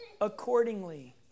accordingly